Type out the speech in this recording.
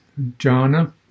jhana